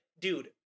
dude